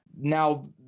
now